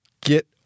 get